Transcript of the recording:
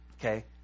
Okay